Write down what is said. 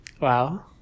Wow